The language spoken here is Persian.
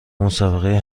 مسابقه